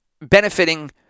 benefiting